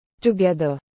Together